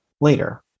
later